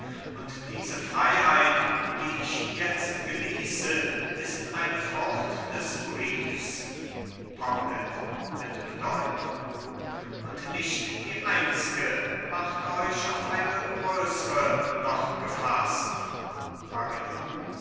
und diese freiheit die ich jetzt genieße ist eine frucht des briefes paulet mit bedeutung und nicht die einz'ge macht euch auf eine größre noch gefaßt maria